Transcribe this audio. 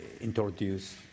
introduce